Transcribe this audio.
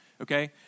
okay